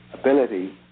ability